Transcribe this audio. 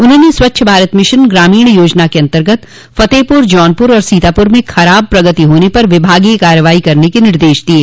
उन्होंने स्वच्छ भारत मिशन ग्रामीण योजना के अन्तर्गत फतेहपुर जौनपुर और सीतापुर में खराब प्रगति होने पर विभागीय कार्रवाई करने के निर्देश दिये